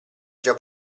già